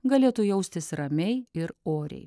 galėtų jaustis ramiai ir oriai